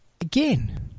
again